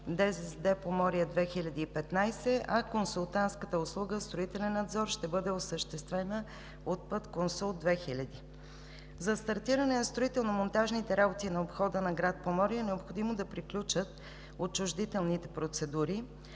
ДЗЗД „Поморие 2015“, а консултантската услуга „Строителен надзор“ ще бъде осъществена от „Пътконсулт 2000“. За стартиране на строително-монтажните работи на обхода на град Поморие е необходимо да приключат отчуждителните процедури.